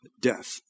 death